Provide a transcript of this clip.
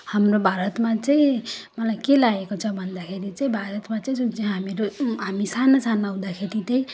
हाम्रो भारतमा चाहिँ मलाई के लागेको छ भन्दाखेरि चाहिँ भारतमा चाहिँ जुन चाहिँ हामीहरू हामी सानो सानो हुँदाखेरि त्यही